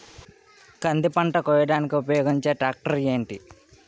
కంది పంట కోయడానికి ఉపయోగించే ట్రాక్టర్ ఏంటి?